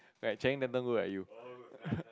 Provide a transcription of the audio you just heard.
right Channing Tatum look like you